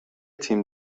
تیم